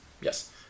Yes